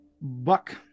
Buck